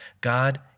God